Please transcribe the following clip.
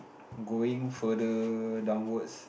going further downwards